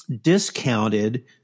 discounted